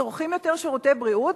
צורכים יותר שירותי בריאות,